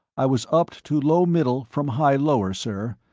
i was upped to low-middle from high-lower, sir.